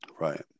Right